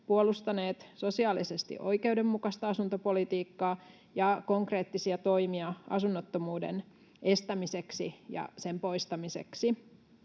puolustaneet sosiaalisesti oikeudenmukaista asuntopolitiikkaa ja konkreettisia toimia asunnottomuuden estämiseksi ja sen poistamiseksi.